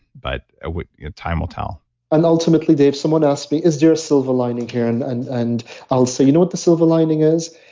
but ah you know time will tell and ultimately dave, someone asked me, is there a silver lining here? and and and i'll say, you know what the silver lining is?